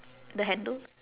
the handle